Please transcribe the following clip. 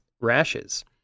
rashes